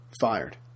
fired